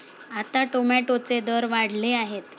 आता टोमॅटोचे दर वाढले आहेत